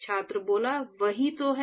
छात्र वही तो है